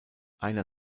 einer